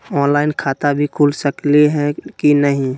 Online खाता भी खुल सकली है कि नही?